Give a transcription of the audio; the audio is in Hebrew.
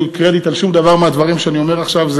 קרדיט על שום דבר מהדברים שאני אומר עכשיו.